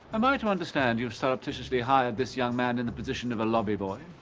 am i to understand you've surreptitiously hired this young man in the position of a lobby boy?